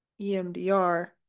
EMDR